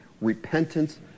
repentance